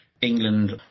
England